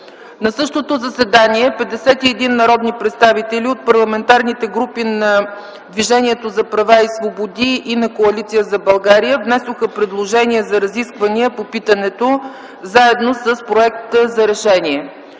На същото заседание 51 народни представители от парламентарните групи на Движението за права и свободи и на Коалиция за България внесоха предложение за разисквания по питането заедно с проект за решение.